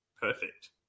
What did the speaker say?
Perfect